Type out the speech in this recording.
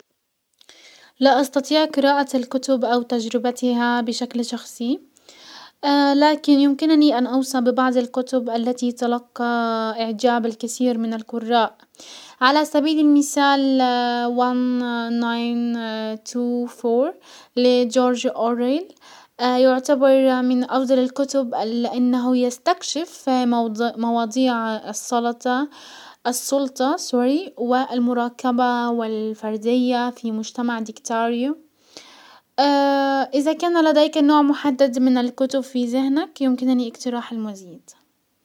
لا استطيع قراءة الكتب او تجربتها بشكل شخصي، لكن يمكنني ان اوصى ببعض الكتب التي تلقى اعجاب الكثير من القراء. على سبيل المثال وان ناين تو فور لجورج اوريل يعتبر من افضل الكتب لانه يستكشف مواضيع السلطة-السلطة سوري والمراقبة والفردية في مجتمع ديكتاريو. ازا كان لديك نوع محدد من الكتب في زهنك يمكنني اقتراح المزيد.